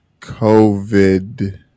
COVID